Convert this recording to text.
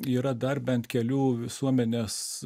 yra dar bent kelių visuomenės